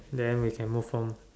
then we can move on